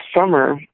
summer